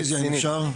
רוויזיה אם אפשר.